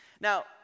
Now